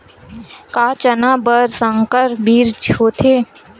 का चना बर संकर बीज होथे?